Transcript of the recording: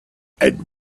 and